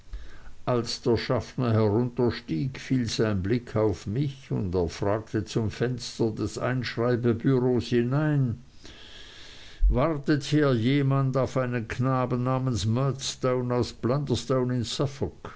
als der schaffner herunterstieg fiel sein blick auf mich und er fragte zum fenster des einschreibebureaus hinein wartet hier jemand auf einen knaben namens murdstone aus